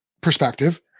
perspective